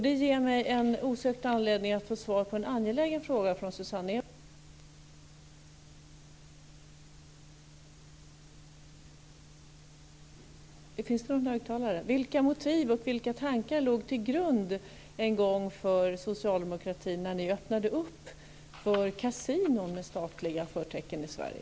Det ger mig osökt anledning att från Susanne Eberstein försöka få svar på en angelägen fråga: Vilka motiv och vilka tankar låg till grund för er socialdemokrater när ni en gång öppnade för kasinon med statliga förtecken i Sverige?